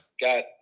got